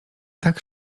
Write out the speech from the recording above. tak